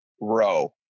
row